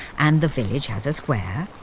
and the village has a square,